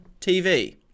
TV